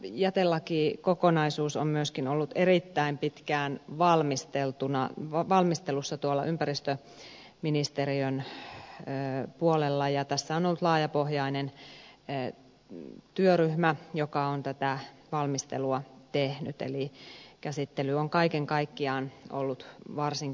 tämä jätelakikokonaisuus on myöskin ollut erittäin pitkään valmistelussa ympäristöministeriön puolella ja tässä on ollut laajapohjainen työryhmä joka on tätä valmistelua tehnyt eli käsittely on kaiken kaikkiaan ollut varsin kattavaa